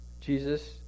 Jesus